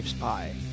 Pie